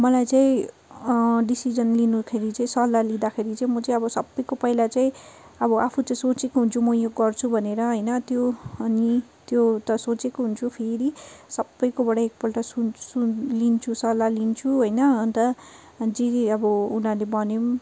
मलाई चाहिँ डिसिसन लिँदाखेरि चाहिँ सल्लाह लिँदाखेरि चाहिँ म चाहिँ अब सबैको पहिला चाहिँ अब आफू चाहिँ सोचेको हुन्छु म यो गर्छु भनेर होइन त्यो अनि त्यो त सोचेको हुन्छु फेरि सबैकोबाट एकपल्ट सुनी सुनी लिन्छु सल्लाह लिन्छु होइन अन्त जे अब उनीहरूले भने